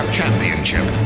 championship